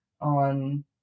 on